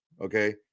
okay